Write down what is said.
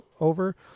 over